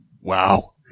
Wow